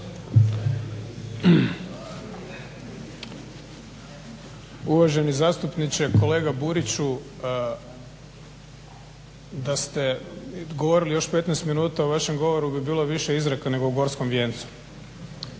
Uvaženi zastupniče, kolega Buriću. Da ste govorili još 15 minuta u vašem govoru bi bilo više izreka nego u Gorskom vijencu.